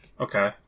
Okay